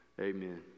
amen